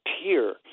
appear